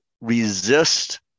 resist